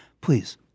Please